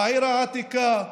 העיר העתיקה,